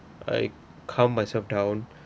I calm myself down